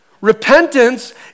Repentance